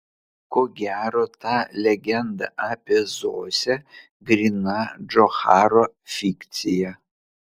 ko gero ta legenda apie zosę gryna džocharo fikcija